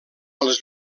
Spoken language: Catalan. als